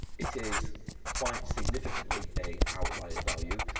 it is quite significantly a outlier value.